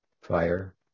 fire